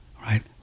right